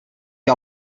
que